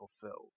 fulfilled